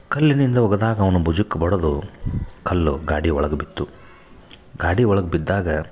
ಕಲ್ಲಿನಿಂದ ಒಗದಾಗ ಅವ್ನ ಬುಜುಕ್ಕೆ ಬಡದು ಕಲ್ಲು ಗಾಡಿ ಒಳಗೆ ಬಿತ್ತು ಗಾಡಿ ಒಳಗೆ ಬಿದ್ದಾಗ